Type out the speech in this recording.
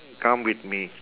come with me